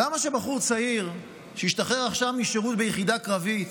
למה בחור צעיר שהשתחרר עכשיו משירות ביחידה קרבית